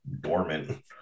dormant